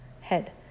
Head